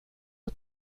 och